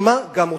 שמע גם אותו.